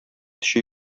төче